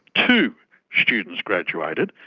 two students graduated.